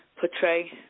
portray